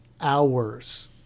hours